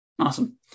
Awesome